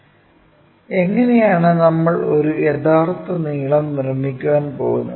അങ്ങനെയാണെങ്കിൽ എങ്ങനെയാണ് നമ്മൾ ഒരു യഥാർത്ഥ നീളം നിർമ്മിക്കാൻ പോകുന്നത്